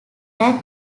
rag